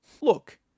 Look